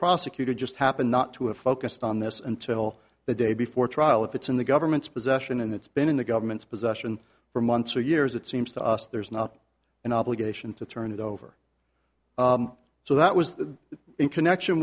prosecutor just happened not to have focused on this until the day before trial if it's in the government's possession and it's been in the government's possession for months or years it seems to us there's not an obligation to turn it over so that was in connection